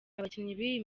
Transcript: b’iyi